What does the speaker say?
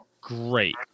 Great